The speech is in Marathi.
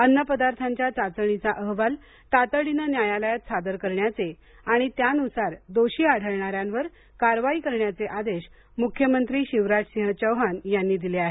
अन्नपदार्थांच्या चाचणीचा अहवाल तातडीनं न्यायालयात सादर करण्याचे आणि त्यानुसार दोषी आढळणाऱ्यांवर कारवाई करण्याचे आदेश मुख्यमंत्री शिवराज सिंह चौहान यांनी दिले आहेत